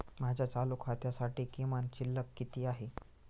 माझ्या चालू खात्यासाठी किमान शिल्लक किती आहे?